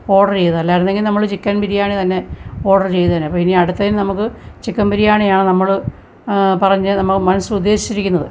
order ചെയ്തത് അല്ലായിരുന്നെങ്കിൽ നമ്മൾ ചിക്കൻ ബിരിയാണി തന്നെ ഓഡർ ചെയ്തേനെ ഇപ്പം ഇനി അടുത്തതിന് നമുക്ക് ചിക്കൻ ബിരിയാണിയാണ് നമ്മൾ പറഞ്ഞത് നമ്മൾ മനസ്സിലുദ്ദേശിച്ചിരിക്കുന്നത്